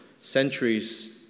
centuries